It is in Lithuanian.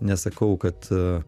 nesakau kad